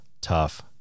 tough